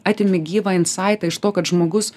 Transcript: atimi gyvą in saitą iš to kad žmogus